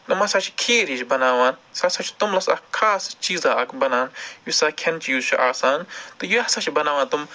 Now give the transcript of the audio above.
تِم ہسا چھِ خیٖر ہِش بناوان سُہ ہسا چھِ توٚملَس اَکھ خاص چیٖزا اَکھ بنان یُس ہسا کھیٚن چیٖز چھُ آسان تہٕ یہِ ہسا چھِ بناوان تِم